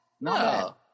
No